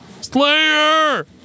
Slayer